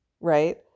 right